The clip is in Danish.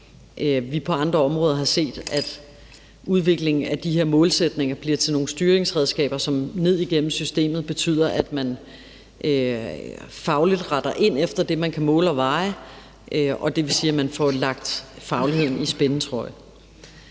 vi på andre områder har set, at udviklingen af de her målsætninger bliver til nogle styringsredskaber, som ned igennem systemet betyder, at der fagligt rettes ind efter det, man kan måle og veje, og det vil sige, at man får lagt fagligheden i spændetrøje.